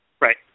Right